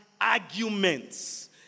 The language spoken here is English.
arguments